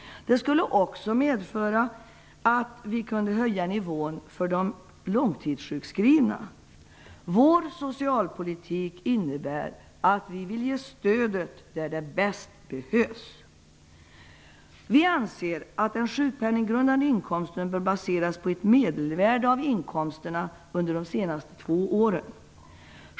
Det skulle också medföra att vi kunde höja nivån för de långtidssjukskrivna. Vår socialpolitik innebär att vi vill ge stöd där det bäst behövs. Vi anser att den sjukpenninggrundande inkomsten bör baseras på ett medelvärde av inkomsterna under de senaste två åren.